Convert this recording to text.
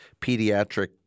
pediatric